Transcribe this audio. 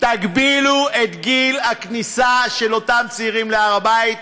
תגבילו את גיל הכניסה של אותם צעירים להר-הבית,